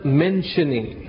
mentioning